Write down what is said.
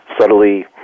subtly